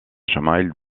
chemin